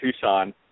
Tucson